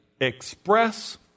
Express